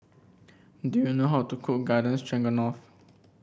do you know how to cook Garden Stroganoff